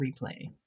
replay